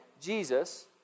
Jesus